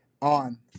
on